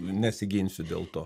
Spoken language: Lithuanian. nesigisiu dėl to